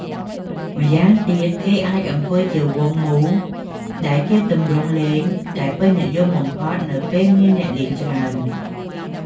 ម្យ៉ាងទៀតគេអាចអង្គុយជាវង់មូល ដែលជាទម្រង់លេងដែលពេញនិយមបំផុតនៅពេលមានអ្នកលេងច្រើន។